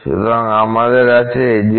সুতরাং আমাদের আছে a02 2